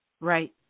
Right